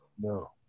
No